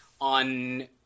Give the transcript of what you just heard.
on